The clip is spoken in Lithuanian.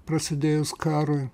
prasidėjus karui